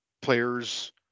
players